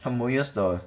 moyes the